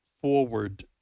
forward